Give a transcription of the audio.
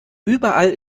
überall